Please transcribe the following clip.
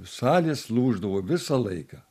salės lūždavo visą laiką